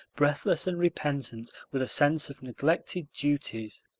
breathless and repentant with a sense of neglected duties.